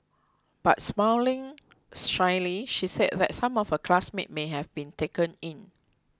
but smiling shyly she said that some of her classmates may have been taken in